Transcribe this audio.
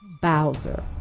Bowser